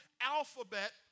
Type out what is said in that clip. alphabet